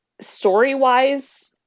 story-wise